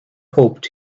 hoped